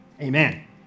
Amen